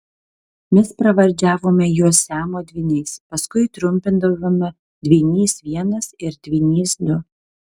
mes pravardžiavome juos siamo dvyniais paskui trumpindavome dvynys vienas ir dvynys du